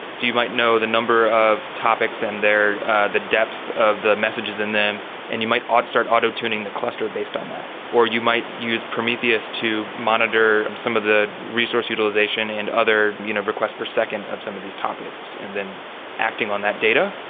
do you might know the number of topics and they're the depth of the messages in them and you might ought to start auto-tuning the cluster based on that, or you might use prometheus to monitor some of the resource utilization and other you know requests per second of some of these topics and then acting on that data.